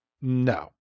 No